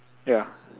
ya